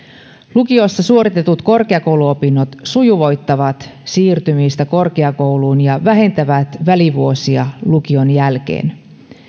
lukiossa suoritetut korkeakouluopinnot sujuvoittavat siirtymistä korkeakouluun ja vähentävät välivuosia lukion jälkeen